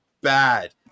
bad